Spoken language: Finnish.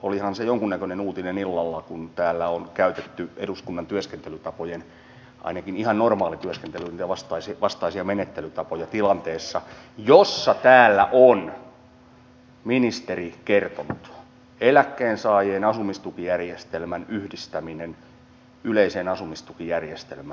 olihan se jonkunnäköinen uutinen illalla kun täällä on käytetty eduskunnan työskentelytapojen ainakin ihan normaalityöskentelyn vastaisia menettelytapoja tilanteessa jossa täällä on ministeri kertonut että eläkkeensaajien asumistukijärjestelmän yhdistämisestä yleiseen asumistukijärjestelmään luovutaan